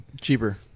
cheaper